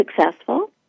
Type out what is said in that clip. successful